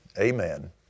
Amen